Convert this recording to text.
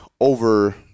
over